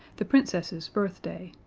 the princess's birthday,